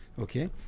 Okay